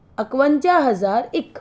ਇੱਕਵੰਜਾ ਹਜ਼ਾਰ ਇੱਕ